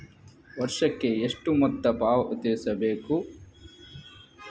ವರ್ಷಕ್ಕೆ ಎಷ್ಟು ಮೊತ್ತ ಪಾವತಿಸಬೇಕು?